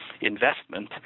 investment